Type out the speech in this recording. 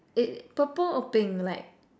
it purple or pink like